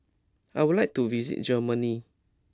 I would like to visit Germany